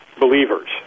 believers